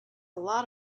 lot